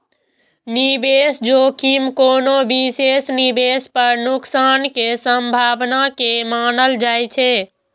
निवेश जोखिम कोनो विशेष निवेश पर नुकसान के संभावना के मानल जाइ छै